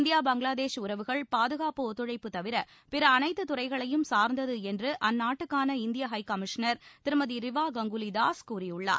India Bangladesh உறவுகள் பாதுகாப்பு ஒத்துழைப்பு தவிர பிற அனைத்து துறைகளையும் சா்ந்தது என்று அந்நாட்டுக்கான இந்திய ஹை கமிஷனா் திருமதி ரிவா கங்குலிதாஸ் கூறியுள்ளார்